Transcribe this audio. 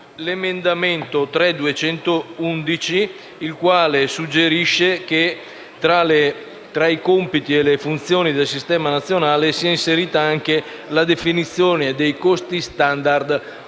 l'emendamento 3.211, il quale suggerisce che tra i compiti e le funzioni del Sistema nazionale sia inserita anche la definizione dei costi *standard* delle